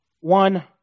One